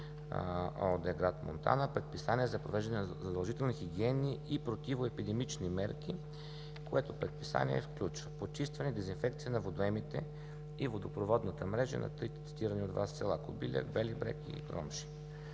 – град Монтана, предписание за провеждане на задължителни хигиенни и противоепидемични мерки, което предписание включва: почистване, дезинфекция на водоемите и водопроводната мрежа на трите цитирани от Вас села: Кобиляк, Бели Брег и Громшин;